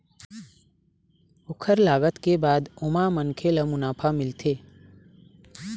ओखर लागत के बाद ओमा मनखे ल मुनाफा मिलथे